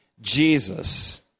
Jesus